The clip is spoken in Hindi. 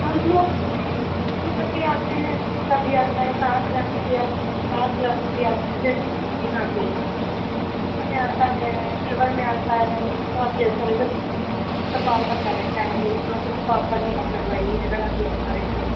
हम बहुत मतलब कि आते हैं सभी आता है सात हज़ार का भी आता है तो पाँच हज़ार का भी आता है जैसे आप लें कॉपर में आता है सिल्वर में आता है तो आप जैसा जैसा जैसा कॉपर का रहता है मेरी समझ से तो कॉपर ही आप लगवाइए अगर आप लगवा रहीं हैं